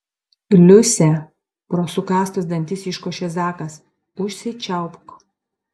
liuse pro sukąstus dantis iškošė zakas užsičiaupk